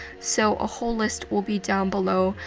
so a whole list will be down below,